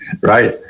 Right